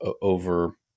over